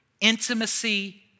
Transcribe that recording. intimacy